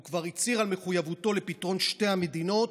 הוא כבר הצהיר על מחויבותו לפתרון שתי המדינות,